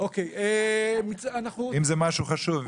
אם זה משהו חשוב.